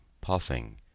puffing